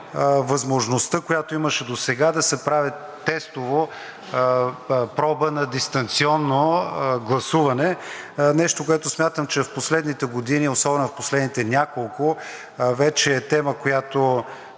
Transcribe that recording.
възможността, която имаше досега да се правят тестово проби на дистанционно гласуване, нещо, което смятам, че в последните години, особено в последните няколко, вече е тема, която